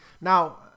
Now